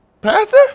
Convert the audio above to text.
Pastor